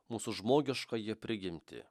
mūsų žmogiškąją prigimtį